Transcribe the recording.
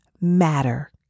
matter